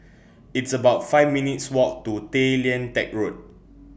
It's about five minutes' Walk to Tay Lian Teck Road